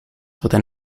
within